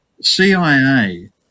CIA